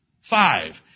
Five